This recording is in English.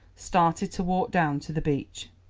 started to walk down to the beach.